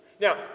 Now